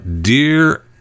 Dear